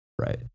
Right